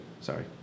sorry